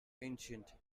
ancient